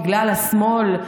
בגלל השמאל,